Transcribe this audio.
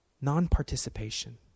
Non-participation